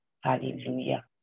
Hallelujah